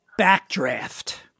backdraft